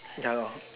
ya lor